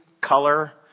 color